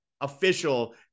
official